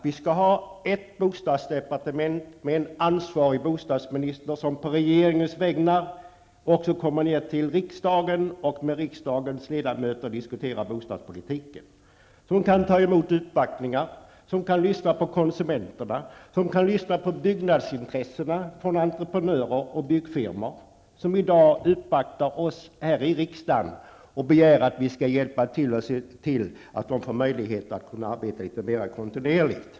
Vi skall ha ett bostadsdepartement med en ansvarig bostadsminister som på regeringens vägnar kommer till riksdagen och diskuterar bostadspolitiken med riksdagens ledamöter, som kan ta emot uppvaktningar, lyssna på konsumenterna, byggnadsintressena, entreprenörer och byggfirmor, vilka i dag uppvaktar oss här i riksdagen och begär att vi skall se till att de får möjlighet att arbeta litet mer kontinuerligt.